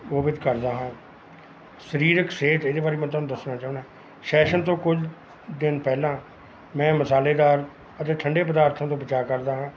ਕੋਵਿਤ ਕਰਦਾ ਹਾਂ ਸਰੀਰਕ ਸਿਹਤ ਇਹਦੇ ਬਾਰੇ ਵੀ ਮੈਂ ਤੁਹਾਨੂੰ ਦੱਸਣਾ ਚਾਹੁੰਦਾ ਸ਼ੈਸ਼ਨ ਤੋਂ ਕੁਝ ਦਿਨ ਪਹਿਲਾਂ ਮੈਂ ਮਸਾਲੇਦਾਰ ਅਤੇ ਠੰਡੇ ਪਦਾਰਥਾਂ ਤੋਂ ਬਚਾਅ ਕਰਦਾ ਹਾਂ